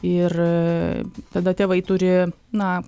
ir tada tėvai turi na